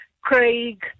Craig